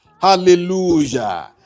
hallelujah